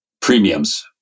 premiums